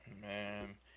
man